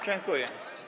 Dziękuję.